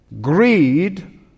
greed